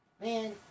Man